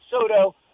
Soto